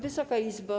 Wysoka Izbo!